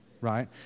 right